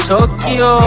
Tokyo